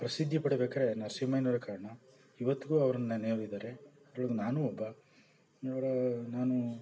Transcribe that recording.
ಪ್ರಸಿದ್ದಿ ಪಡಿಬೇಕಾರೆ ನರಸಿಂಹಯ್ಯನೋರೇ ಕಾರಣ ಇವತ್ತಿಗೂ ಅವ್ರನ್ನ ನೆನೆಯೋರಿದ್ದಾರೆ ಅದ್ರೊಳಗೆ ನಾನೂ ಒಬ್ಬ ಅವರ ನಾನು